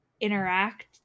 interact